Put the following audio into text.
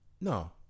No